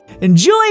Enjoy